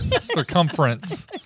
circumference